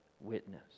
witness